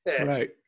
Right